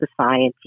society